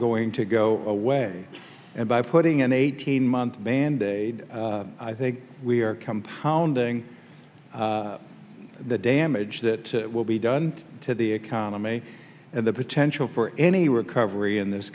going to go away and by putting an eighteen month band aid i think we are compounding the damage that will be done to the economy and the potential for any recovery in this